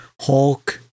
Hulk